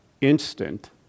instant